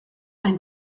ein